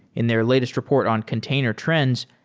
in their latest report on container trends,